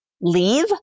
leave